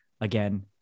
Again